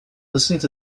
listening